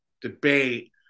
debate